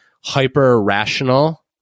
hyper-rational